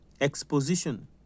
exposition